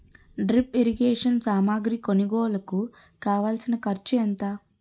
drip irrigation సామాగ్రి కొనుగోలుకు కావాల్సిన ఖర్చు ఎంత